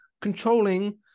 controlling